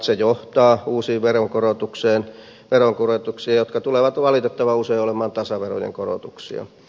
se johtaa uusiin veronkorotuksiin jotka tulevat valitettavan usein olemaan tasaverojen korotuksia